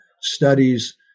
studies